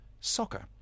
soccer